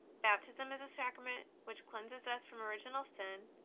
baptism is a sacrament which cleanses us from original sin,